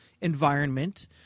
environment